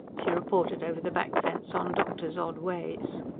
she reported over the back fence on doctor's odd ways.